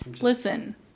Listen